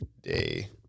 day